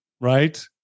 right